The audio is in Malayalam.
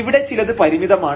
ഇവിടെ ചിലത് പരിമിതമാണ്